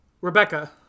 rebecca